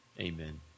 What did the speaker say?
amen